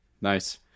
nice